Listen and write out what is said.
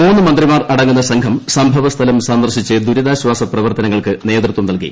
മൂന്ന് മന്ത്രിമാർ അടങ്ങുന്ന സംഘം സംഭവസ്ഥലം സന്ദർശിച്ച് ദൂരിതാശ്വാസ പ്രവർത്തനങ്ങൾക്ക് നേതൃത്വം നൽകി